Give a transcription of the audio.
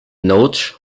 notes